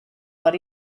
what